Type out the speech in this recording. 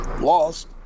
lost